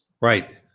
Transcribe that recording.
Right